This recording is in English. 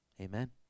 Amen